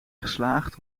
geslaagd